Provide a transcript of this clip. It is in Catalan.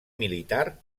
militar